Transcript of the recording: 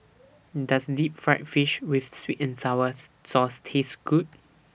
Does Deep Fried Fish with Sweet and Sour Sauce Taste Good